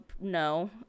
no